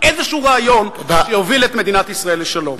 רעיון כלשהי שיוביל את מדינת ישראל לשלום.